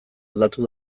aldatu